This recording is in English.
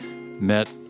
met